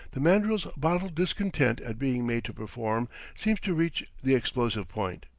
the mandril's bottled discontent at being made to perform seems to reach the explosive point,